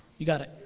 you got it.